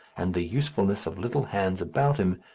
and the usefulness of little hands about him,